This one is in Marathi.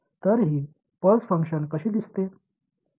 तर ही पल्स कशी दिसते